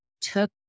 took